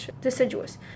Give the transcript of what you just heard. deciduous